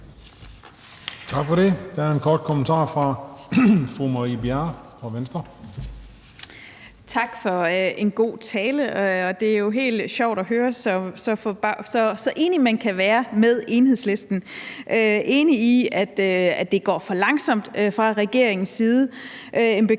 Tak for det. Der er en kort kommentar fra fru Marie Bjerre fra Venstre. Kl. 21:21 Marie Bjerre (V): Tak for en god tale. Det er jo helt sjovt at høre, så enig man kan være med Enhedslisten i, at det går for langsomt fra regeringens side – en bekymring